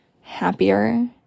happier